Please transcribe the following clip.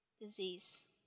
disease